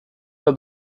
lors